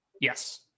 Yes